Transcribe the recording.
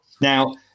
now